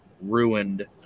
ruined